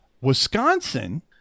Wisconsin